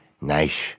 Nice